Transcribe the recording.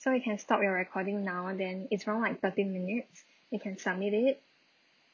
so you can stop your recording now then it's around like thirty minutes you can submit it